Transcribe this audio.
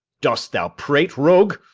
dost thou prate, rogue?